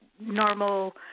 normal